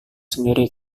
sendiri